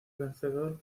vencedor